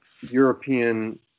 European